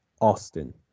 Austin